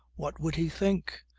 what would he think?